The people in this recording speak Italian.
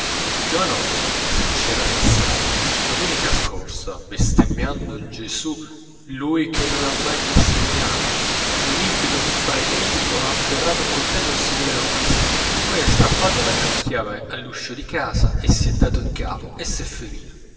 il giovanotto se c'era fissato domenica scorsa bestemmiando gesù lui che non ha mai bestemmiato in un impeto frenetico ha afferrato un coltello e si voleva ammazzare poi ha strappato la gran chiave all'uscio di casa e si è dato in capo e s'è ferito